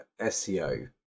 SEO